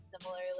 similarly